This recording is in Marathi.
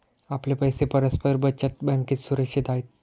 आपले पैसे परस्पर बचत बँकेत सुरक्षित आहेत